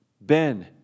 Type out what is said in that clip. Ben